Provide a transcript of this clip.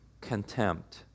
contempt